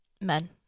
men